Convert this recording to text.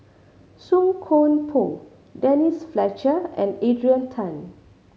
Song Koon Poh Denise Fletcher and Adrian Tan